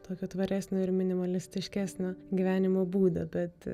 tokio tvaresnio ir minimalistiškesnio gyvenimo būdo bet